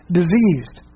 diseased